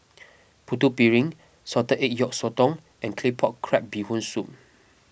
Putu Piring Salted Egg Yolk Sotong and Claypot Crab Bee Hoon Soup